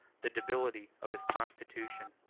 the debility of his constitution.